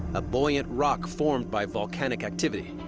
a buoyant rock formed by volcanic activity.